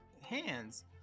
hands